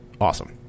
awesome